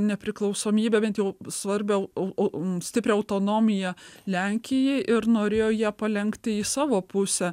nepriklausomybę bent jau svarbiau au au m stiprią autonomiją lenkijai ir norėjo ją palenkti į savo pusę